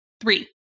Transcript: Three